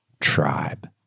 tribe